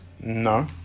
No